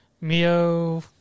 Mio